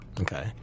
Okay